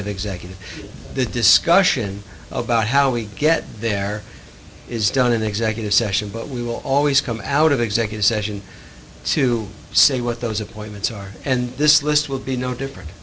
the executive the discussion about how we get there is done in executive session but we will always come out of the executive session to say what those appointments are and this list will be no different